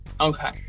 Okay